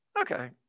Okay